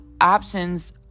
options